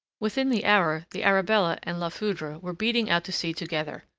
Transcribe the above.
within the hour the arabella and la foudre were beating out to sea together.